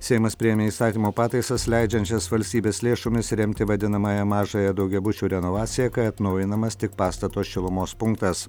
seimas priėmė įstatymo pataisas leidžiančias valstybės lėšomis remti vadinamąją mažąją daugiabučių renovaciją kai atnaujinamas tik pastato šilumos punktas